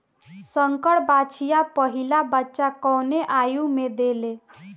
संकर बछिया पहिला बच्चा कवने आयु में देले?